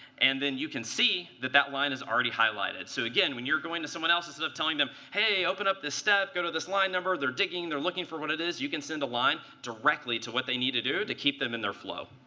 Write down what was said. and then you can see that that line is already highlighted. so again, when you're going to someone else, instead of telling them, hey, open up this step, go to this line number, they're digging, they're looking for what it is, you can send a line directly to what they need to do to keep them in their flow.